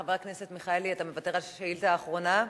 חבר הכנסת מיכאלי, אתה מוותר על השאילתא האחרונה?